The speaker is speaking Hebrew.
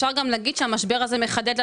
כל הנושא של יוקר המחיה,